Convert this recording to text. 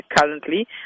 currently